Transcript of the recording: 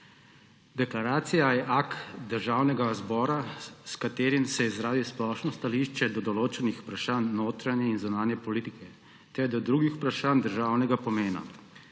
Deklaracija je akt Državnega zbora, s katerim se izrazi splošno stališče do določenih vprašanj notranje in zunanje politike ter do drugih vprašanj državnega pomena.